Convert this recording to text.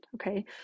Okay